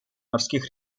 морских